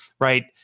Right